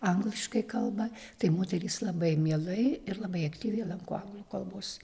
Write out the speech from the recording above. angliškai kalba tai moterys labai mielai ir labai aktyviai lanko anglų kalbos